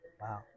Wow